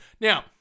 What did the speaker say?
Now